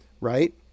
right